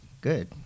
good